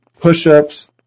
push-ups